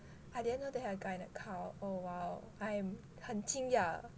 I didn't know that they have a guy in a cult oh !wow! I'm 很惊讶